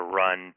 run